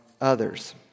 others